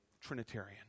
Trinitarian